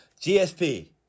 GSP